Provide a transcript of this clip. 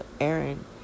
Aaron